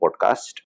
Podcast